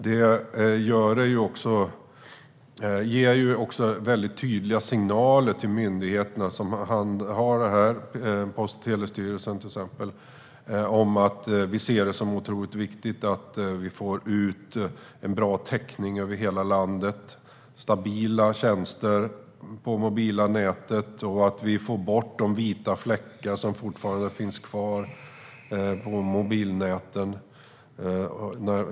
Det ger också väldigt tydliga signaler till myndigheterna som handhar det här, till exempel Post och telestyrelsen, om att vi ser det som otroligt viktigt att vi får en bra täckning över hela landet med stabila tjänster i det mobila nätet och att vi får bort de vita fläckar som fortfarande finns kvar i mobilnäten.